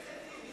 נתקבלה.